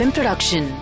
Production